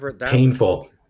painful